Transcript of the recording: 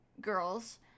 girls